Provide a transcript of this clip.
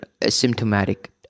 asymptomatic